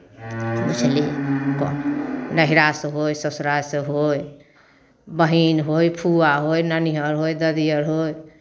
बुझली तऽ नहिरासँ होय ससुरासँ होय बहीन होय फूआ होय ननिहर होय ददिहर होय